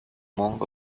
monk